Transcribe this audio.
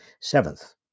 Seventh